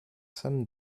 sam